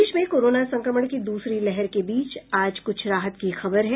देश में कोरोना संक्रमण की दूसरी लहर के बीच आज कुछ राहत की खबर है